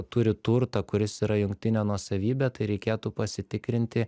turi turtą kuris yra jungtinė nuosavybė tai reikėtų pasitikrinti